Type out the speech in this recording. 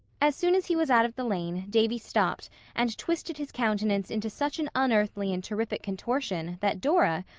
as soon as he was out of the lane davy stopped and twisted his countenance into such an unearthly and terrific contortion that dora,